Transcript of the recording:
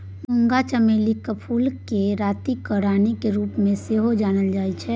मूंगा चमेलीक फूलकेँ रातिक रानीक रूपमे सेहो जानल जाइत छै